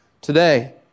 today